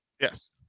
Yes